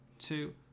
two